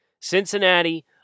Cincinnati